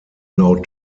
now